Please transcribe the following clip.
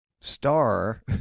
star